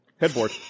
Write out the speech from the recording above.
Headboard